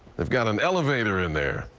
we've got an elevator in there.